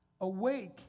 awake